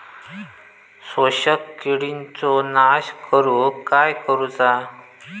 शोषक किडींचो नाश करूक काय करुचा?